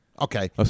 Okay